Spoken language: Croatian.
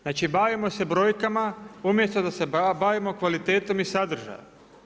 Znači bavimo se brojkama umjesto da se bavimo kvalitetom i sadržajem.